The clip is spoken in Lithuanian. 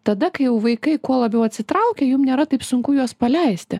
tada kai jau vaikai kuo labiau atsitraukia jum nėra taip sunku juos paleisti